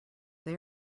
they